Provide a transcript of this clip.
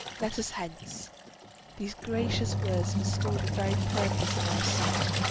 let us hence these gracious words forestall the very purpose of our suit.